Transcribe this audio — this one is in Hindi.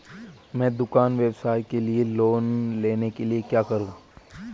मैं दुकान व्यवसाय के लिए लोंन लेने के लिए क्या करूं?